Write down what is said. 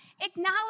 Acknowledge